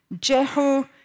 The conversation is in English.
Jehu